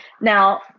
Now